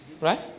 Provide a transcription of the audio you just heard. right